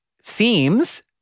seems